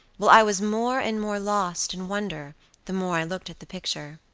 while i was more and more lost in wonder the more i looked at the picture.